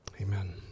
Amen